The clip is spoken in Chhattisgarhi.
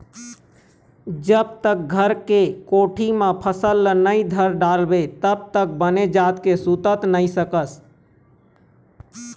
जब तक घर के कोठी म फसल ल नइ धर डारबे तब तक बने जात के सूत नइ सकस